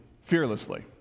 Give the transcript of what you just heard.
fearlessly